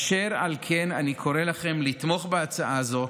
אשר על כן, אני קורא לכם לתמוך בהצעה הזו,